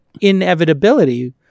inevitability